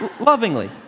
Lovingly